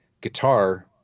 guitar